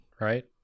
right